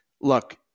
Look